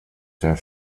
der